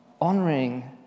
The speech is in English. honoring